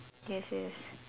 yes yes